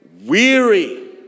weary